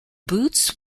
boots